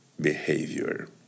behavior